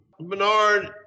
Bernard